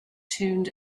tuned